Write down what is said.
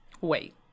wait